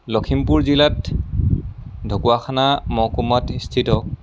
লখিমপুৰ জিলাত ঢকুৱাখানা মহকুমাত স্থিত